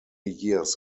years